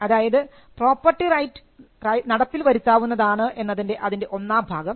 അതായത് property right നടപ്പിൽ വരുത്താവുന്നതാണ് എന്നത് അതിൻറെ ഒന്നാം ഭാഗം